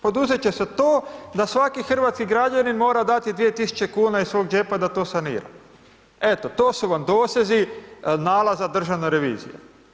Poduzet će se to da svaki hrvatski građanin mora dati 2.000,00 kn iz svog džepa da to sanira, eto to su vam dosezi nalaza Državne revizije.